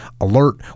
Alert